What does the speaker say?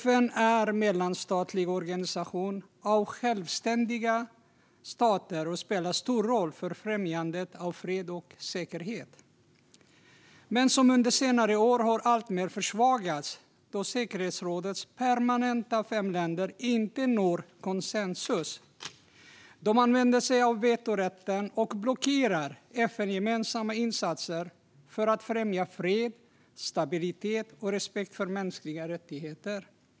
FN är en mellanstatlig organisation bestående av självständiga stater och spelar stor roll för främjandet av fred och säkerhet. Under senare år har dock FN alltmer försvagats då säkerhetsrådets fem permanenta länder inte når konsensus, använder sig av vetorätten och blockerar FN-gemensamma insatser för att främja fred, stabilitet och respekt för mänskliga rättigheter.